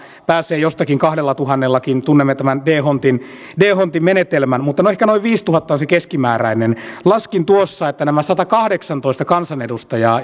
pääsee jostakin kahdellatuhannellakin tunnemme tämän dhondtin dhondtin menetelmän mutta ehkä noin viisituhatta on se keskimääräinen laskin tuossa että nämä satakahdeksantoista kansanedustajaa